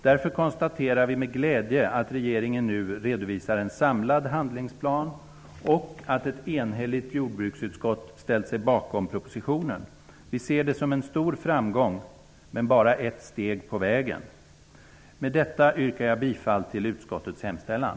Därför konstaterar vi med glädje att regeringen nu redovisar en samlad handlingsplan och att ett enhälligt jordbruksutskott ställt sig bakom propositionen. Vi ser det som en stor framgång, men som bara ett steg på vägen. Fru talman! Med detta yrkar jag bifall till utskottets hemställan.